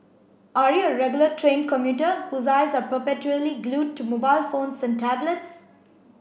are you a regular train commuter whose eyes are perpetually glued to mobile phones and tablets